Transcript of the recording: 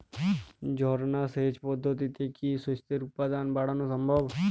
ঝর্না সেচ পদ্ধতিতে কি শস্যের উৎপাদন বাড়ানো সম্ভব?